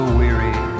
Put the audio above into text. weary